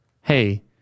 hey